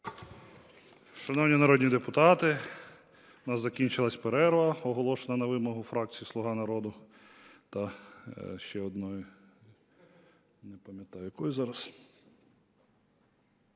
Шановні народні депутати, закінчилася перерва, оголошена на вимогу фракції "Слуга народу" та ще одної, не пам'ятаю якої зараз.